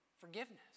forgiveness